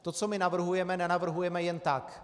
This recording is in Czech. To, co my navrhujeme, nenavrhujeme jen tak.